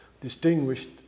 distinguished